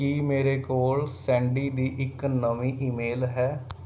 ਕੀ ਮੇਰੇ ਕੋਲ ਸੈਂਡੀ ਦੀ ਇੱਕ ਨਵੀਂ ਈਮੇਲ ਹੈ